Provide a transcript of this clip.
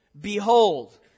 Behold